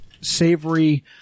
savory